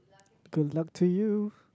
good luck to you